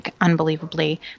unbelievably